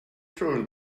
turn